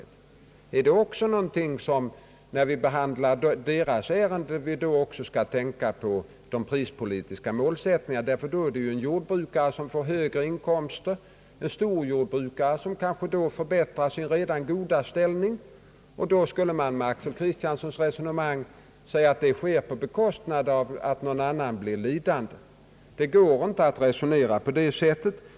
Skall vi också när vi behandlar sådana ärenden tänka på den prispolitiska målsättningen? Här kan det finnas en jordbrukare som får högre inkomster, en storjordbrukare som förbättrar sin redan goda ställning. Enligt herr Axel Kristianssons resonemang skulle detta ske på bekostnad av någon annan. Det går inte att resonera på det sättet.